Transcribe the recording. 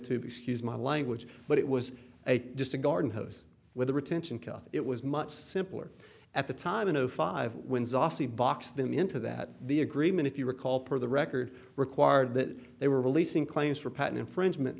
tube excuse my language but it was a just a garden hose with a retention cut it was much simpler at the time in zero five when saucy box them into that the agreement if you recall per the record required that they were releasing claims for patent infringement